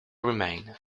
remain